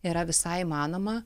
yra visai įmanoma